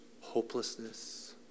hopelessness